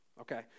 Okay